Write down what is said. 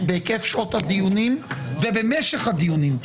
בהיקף שעות הדיונים ובמשך הדיונים.